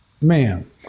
ma'am